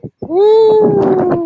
Woo